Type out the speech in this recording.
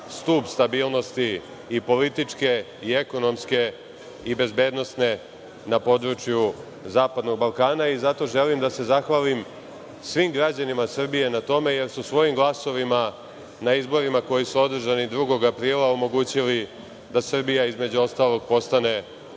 stub stabilnosti, i političke i ekonomske i bezbednosne, na području zapadnog Balkana. Zato želim da se zahvalim svim građanima Srbije na tome, jer su svojim glasovima na izborima koji su održani 2. aprila omogućili da Srbija, između ostalog, postane to